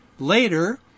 Later